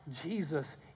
Jesus